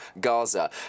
Gaza